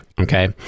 Okay